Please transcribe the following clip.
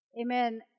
Amen